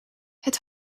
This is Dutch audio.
het